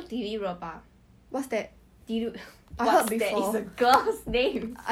很热 lah